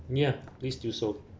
ya please do so